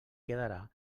quedarà